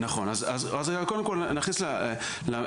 נכון, אז קודם כל, נכניס למסגרת.